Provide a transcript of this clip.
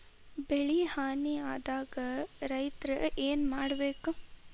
ಬೆಳಿ ಹಾನಿ ಆದಾಗ ರೈತ್ರ ಏನ್ ಮಾಡ್ಬೇಕ್?